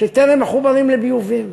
שטרם חוברו לביובים.